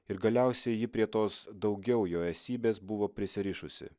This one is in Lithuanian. ir galiausiai ji prie tos daugiau jo esybės buvo prisirišusi